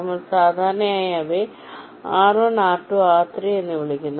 നമ്മൾ സാധാരണയായി അവയെ r1 r2 r3 എന്ന് വിളിക്കുന്നു